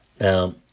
Now